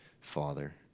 father